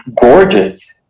gorgeous